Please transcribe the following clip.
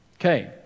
Okay